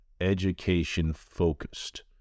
education-focused